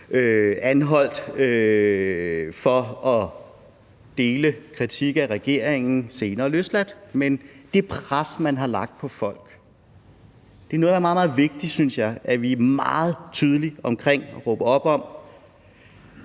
anholdt for at dele kritik af regeringen og senere løsladt, men det pres, man har lagt på folk, er noget, som jeg synes det er meget, meget vigtigt at vi er meget tydelige omkring at råbe op om